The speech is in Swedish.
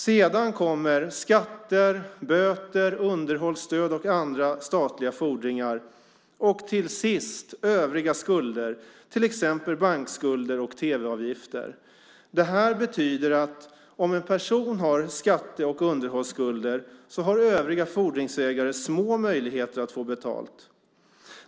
Sedan kommer skatter, böter, underhållsstöd och andra statliga fordringar och till sist övriga skulder, till exempel bankskulder och tv-avgifter. Det betyder att om en person har skatte och underhållsskulder så har övriga fordringsägare små möjligheter att få betalt.